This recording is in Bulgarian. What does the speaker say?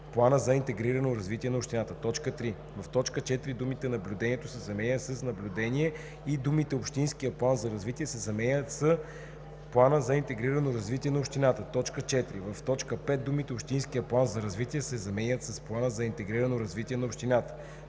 „плана за интегрирано развитие на общината“. 3. В т. 4 думата „наблюдението“ се заменя с „наблюдение“ и думите „общинския план за развитие“ се заменят с „плана за интегрирано развитие на общината“. 4. В т. 5 думите „общинския план за развитие“ се заменят с „плана за интегрирано развитие на общината“.“